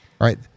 Right